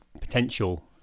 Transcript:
potential